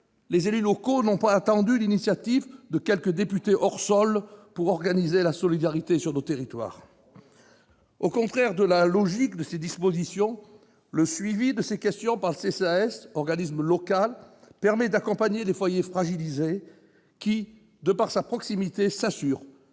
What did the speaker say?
les élus locaux n'ont pas attendu l'initiative de quelques députés hors sol pour organiser la solidarité sur leur territoire. Au contraire de la logique de ces dispositions, le suivi de ces questions par le CCAS, organisme local, permet d'accompagner les foyers fragilisés, et cette proximité garantit